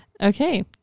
Okay